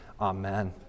Amen